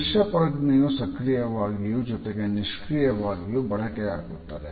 ದೃಶ್ಯ ಪ್ರಜ್ಞೆಯು ಸಕ್ರಿಯವಾಗಿಯೂ ಜೊತೆಗೆ ನಿಷ್ಕ್ರಿಯವಾಗಿಯೂ ಬಳಕೆಯಾಗುತ್ತದೆ